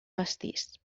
pastís